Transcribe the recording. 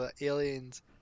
aliens